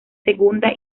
segunda